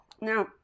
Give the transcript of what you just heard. Now